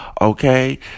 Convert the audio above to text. Okay